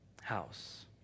house